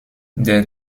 der